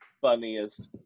funniest